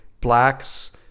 blacks